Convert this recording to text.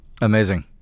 Amazing